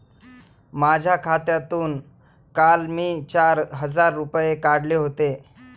माझ्या खात्यातून काल मी चार हजार रुपये काढले होते